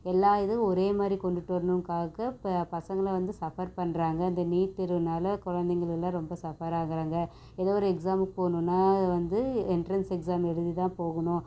எல்லா இதுவும் ஒரே மாதிரி கொண்டுட்டு வரணுங்கிறக்காக இப்போ பசங்களை வந்து சஃபர் பண்ணுறாங்க இந்த நீட் தேர்வுனால் குழந்தைங்களெல்லாம் ரொம்ப சஃபர் ஆகுறாங்க எதோ ஒரு எக்ஸாமுக்கு போகணுன்னா வந்து என்ட்ரன்ஸ் எக்ஸாம் எழுதி தான் போகணும்